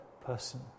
person